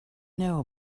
know